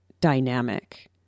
dynamic